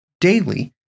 daily